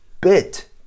bit